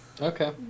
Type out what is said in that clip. Okay